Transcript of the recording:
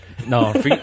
No